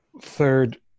third